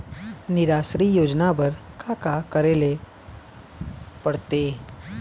निराश्री योजना बर का का करे ले पड़ते?